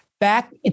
back